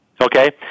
Okay